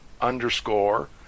underscore